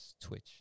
Twitch